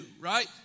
right